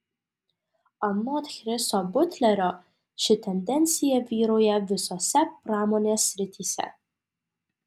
anot chriso butlerio ši tendencija vyrauja visose pramonės srityse